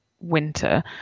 winter